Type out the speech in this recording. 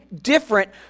different